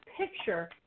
picture